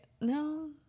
no